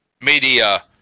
media